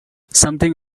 something